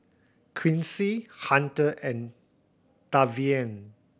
Quincy Hunter and Tavian